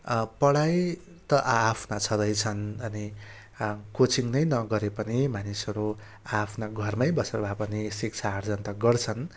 पढाइ त आआफ्ना छँदैछन् है कोचिङ नगरे पनि मानिसहरू आआफ्ना घरमै बसेर भए पनि शिक्षा आर्जन त गर्छन्